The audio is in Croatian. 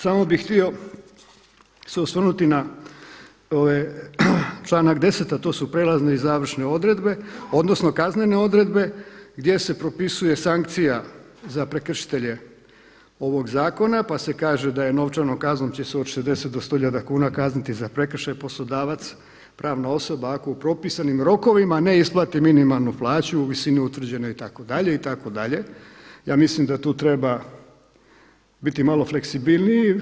Samo bih htio se osvrnuti na članak 10. a to su prijelazne i završne odredbe odnosno kaznene odredbe gdje se propisuje sankcija za prekršitelje ovog zakona, pa se kaže da je novčanom kaznom će se od 60 do 100 tisuća kuna kazniti za prekršaj poslodavac pravna osoba, ako u propisanim rokovima ne isplati minimalnu plaću u visini utvrđene itd., itd., ja mislim da tu treba biti malo fleksibilniji.